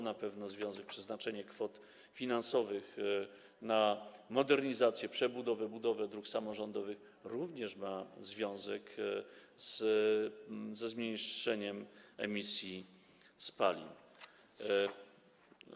Na pewno przeznaczenie kwot finansowych na modernizację, przebudowę, budowę dróg samorządowych ma również związek ze zmniejszeniem emisji spalin.